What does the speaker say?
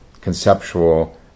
conceptual